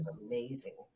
amazing